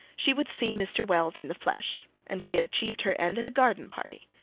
she would see mr. wells in the flesh and she had achieved her end at a garden party.